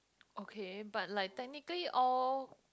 okay but like technically all